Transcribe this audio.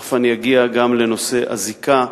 ותיכף אני אגיע גם לנושא הזיקה,